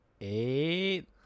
eight